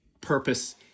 purpose